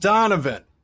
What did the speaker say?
Donovan